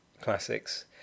classics